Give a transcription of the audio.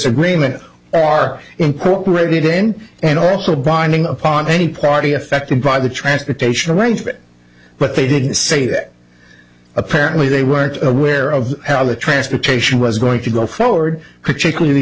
agreement are incorporated in and also binding upon any party affected by the transportation arrangement but they didn't say that apparently they were not aware of how the transportation was going to go forward particularly the